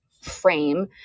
frame